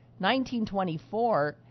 1924